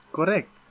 Correct